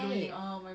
already